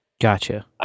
Gotcha